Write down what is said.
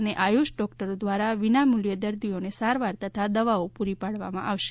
અને આયુષ ડોક્ટરો દ્વારા વિના મૂલ્યે દર્દીઓને સારવાર તથા દવાઓ પૂરી પાડવામાં આવશે